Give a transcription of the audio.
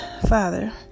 Father